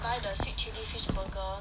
buy the sweet chilli fish burger